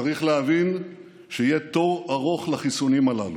צריך להבין שיהיה תור ארוך לחיסונים הללו.